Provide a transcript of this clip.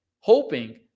hoping